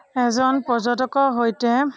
এজন পৰ্যটকৰ সৈতে